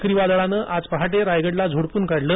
चकीवादळाने आज पहाटे रायगडला झोडपून काढले